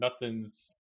Nothing's